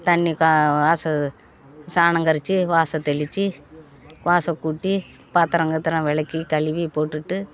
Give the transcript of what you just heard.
தண்ணி க வாசல் சாணம் கரைச்சு வாசல் தெளிச்சு வாசக்கூட்டி பாத்திரம் கீத்தரம் விளக்கி கழுவி போட்டுவிட்டு